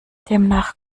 demnach